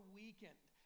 weakened